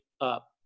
up